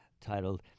titled